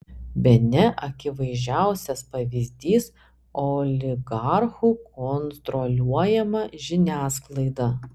bene akivaizdžiausias pavyzdys oligarchų kontroliuojama žiniasklaida